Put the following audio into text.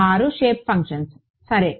6 shape functions సరే